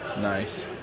Nice